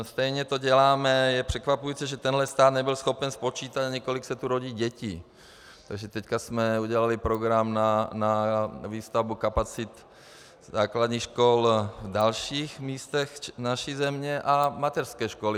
Stejně to děláme je překvapující, že tenhle stát nebyl schopen spočítat ani to, kolik se tu rodí dětí, takže teď jsme udělali program na výstavbu kapacit základních škol v dalších místech naší země, a mateřských škol.